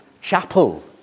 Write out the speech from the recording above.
chapel